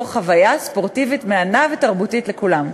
חוויה ספורטיבית מהנה ותרבותית לכולם.